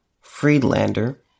Friedlander